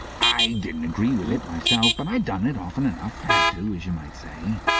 i didn't agree with it, myself, but i done it often enough. had to, as you might say